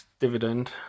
dividend